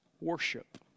worship